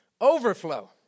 overflow